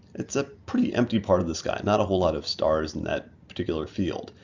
it's a pretty empty part of the sky not a whole lot of stars in that particular field.